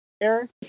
Eric